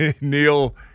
Neil